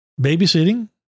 babysitting